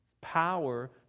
power